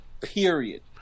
Period